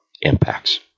Impacts